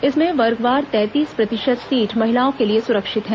इसमें वर्गवार तैंतीस प्रतिशत सीट महिलाओं के लिए सुरक्षित हैं